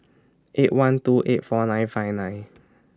eight one two eight four nine five nine